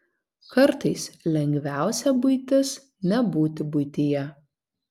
kartais lengviausia buitis nebūti buityje